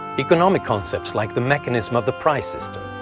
economic concepts like the mechanism of the price system,